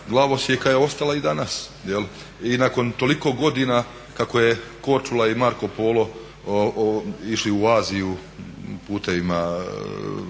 glavosijeka je ostala i danas. I nakon toliko godina kako je Korčula i Marko Polo išli u Aziju putevima